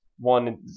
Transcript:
One